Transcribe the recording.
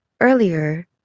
earlier